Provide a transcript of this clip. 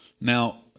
Now